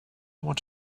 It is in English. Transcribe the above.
want